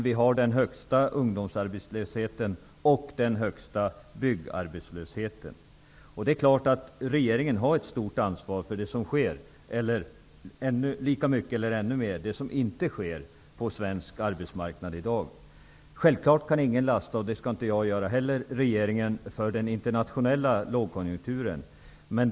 Vi har den högsta ungdomsarbetslösheten och den högsta byggarbetslösheten. Det är klart att regeringen har ett stort ansvar för det som sker, eller snarare ett ännu större ansvar för det som inte sker på svensk arbetsmarknad i dag. Självklart kan ingen lasta regeringen, och det skall inte jag göra heller, för den internationella lågkonjunkturen.